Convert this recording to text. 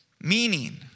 Meaning